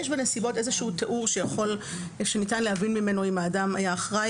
שיש בנסיבות איזשהו תיאור שניתן להבין ממנו אם האדם היה אחראי